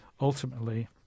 ultimately